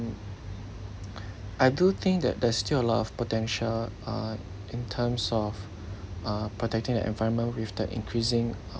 I do think that there's still a lot of potential uh in terms of uh protecting the environment with the increasing